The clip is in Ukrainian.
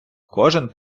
кожен